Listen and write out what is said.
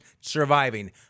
surviving